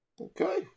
okay